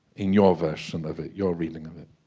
in your version of it your reading of it.